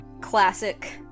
classic